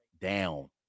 down